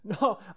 no